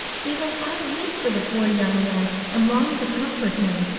even i weep for the poor young man, and long to comfort him.